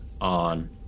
on